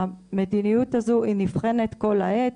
המדיניות הזאת נבחנת כל העת.